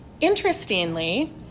Interestingly